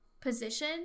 position